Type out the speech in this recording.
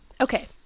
Okay